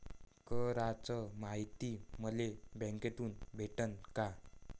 कराच मायती मले बँकेतून भेटन का?